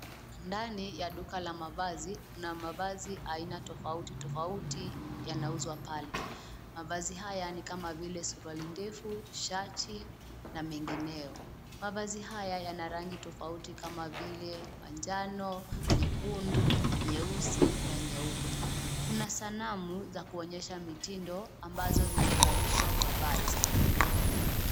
Ndani ya duka la mavazi, kuna mavazi aina tofauti tofauti yanauzwa pale. Mavazi haya ni kama vile suruali ndefu, shati na mengineyo. Mavazi haya yana rangi tofauti kama vile manjano, nyekundu, nyeusi na nyeupe. Kuna sanamu za kuonyesha mitindo ambazo zimevalishwa mavazi,